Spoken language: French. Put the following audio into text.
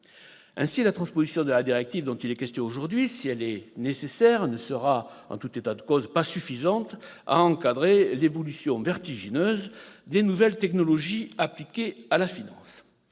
Ainsi, la transposition de la directive dont il est question aujourd'hui, si elle est nécessaire, ne sera en tout état de cause pas suffisante pour encadrer l'évolution vertigineuse des nouvelles technologies appliquées à la finance.